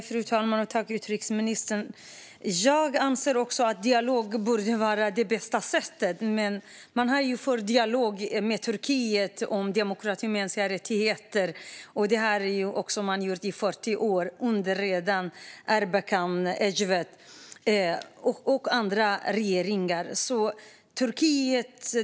Fru talman! Jag anser också att dialog borde vara det bästa sättet, men man har ju fört dialog med Turkiet om demokrati och mänskliga rättigheter i 40 år. Det gjorde man redan under Erbakan, Ecevit och andra regeringar.